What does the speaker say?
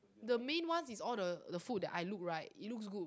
the main ones is all the the food that I look right it looks good